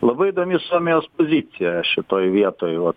labai įdomi suomijos pozicija šitoj vietoj vat